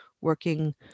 working